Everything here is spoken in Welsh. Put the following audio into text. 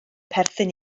perthyn